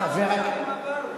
מה היה בשנים עברו?